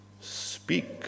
speak